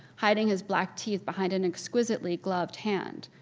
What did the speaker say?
hiding his black teeth behind an exquisitely gloved hand.